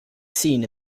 seen